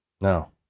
No